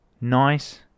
nice